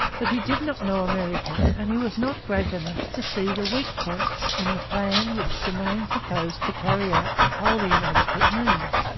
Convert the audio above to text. but he did not know america and he was not great enough to see the weak points in the plan which germain proposed to carry out with wholly inadequate means.